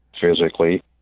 physically